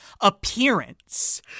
appearance